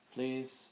Please